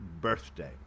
birthday